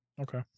Okay